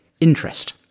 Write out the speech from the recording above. interest